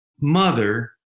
mother